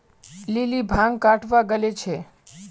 lily भांग कटावा गले छे